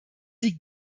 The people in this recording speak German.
die